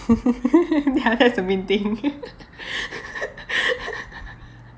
ya that's the main thing